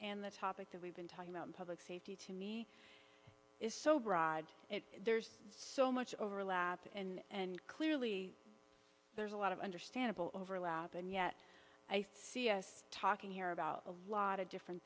and the topic that we've been talking about public safety to me is so broad it there's so much overlap and clearly there's a lot of understandable overlap and yet i see us talking here about a lot of different